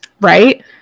Right